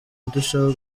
ndushaho